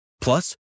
Plus